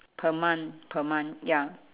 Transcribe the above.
per month per month ya